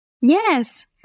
Yes